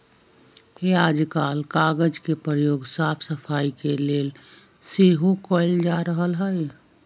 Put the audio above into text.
याजकाल कागज के प्रयोग साफ सफाई के लेल सेहो कएल जा रहल हइ